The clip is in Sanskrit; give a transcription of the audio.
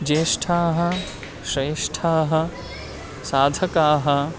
ज्येष्ठाः श्रेष्ठाः साधकाः